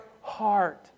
heart